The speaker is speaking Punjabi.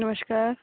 ਨਮਸ਼ਕਾਰ